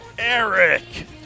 Eric